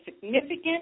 significant